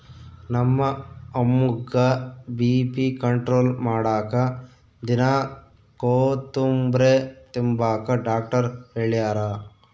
ನಮ್ಮ ಅಮ್ಮುಗ್ಗ BP control ಮಾಡಾಕ ದಿನಾ ಕೋತುಂಬ್ರೆ ತಿಂಬಾಕ ಡಾಕ್ಟರ್ ಹೆಳ್ಯಾರ